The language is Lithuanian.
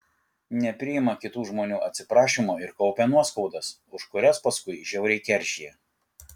nepriima kitų žmonių atsiprašymo ir kaupia nuoskaudas už kurias paskui žiauriai keršija